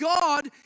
God